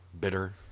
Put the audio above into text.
Bitter